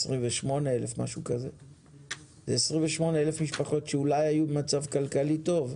אלה 28,000 משפחות שאולי היו במצב כלכלי טוב,